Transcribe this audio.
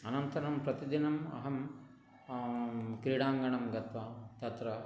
अनन्तरं प्रतिदिनम् अहं क्रीडाङ्गणं गत्वा तत्र